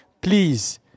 Please